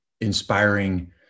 inspiring